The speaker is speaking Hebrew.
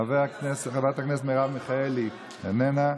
חברת הכנסת מרב מיכאלי, איננה,